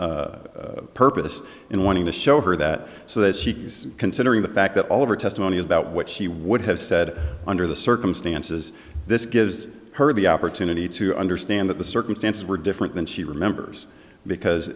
kreitman purpose in wanting to show her that so that she's considering the fact that all of her testimony is about what she would have said under the circumstances this gives her the opportunity to understand that the circumstances were different than she remembers because